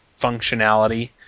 functionality